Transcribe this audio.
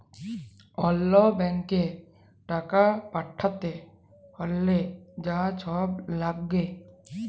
অল্য ব্যাংকে টাকা পাঠ্যাতে হ্যলে যা ছব ল্যাগে